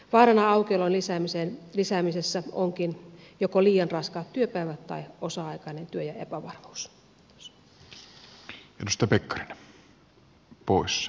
vaarana aukiolon lisäämisessä onkin joko liian raskaat työpäivät tai osa aikainen työ ja epävarmuus